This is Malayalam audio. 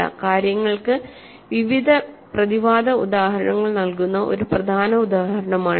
കാര്യങ്ങൾക്ക് വിവിധ പ്രതിവാദ ഉദാഹരണങ്ങൾ നൽകുന്ന ഒരു പ്രധാന ഉദാഹരണമാണിത്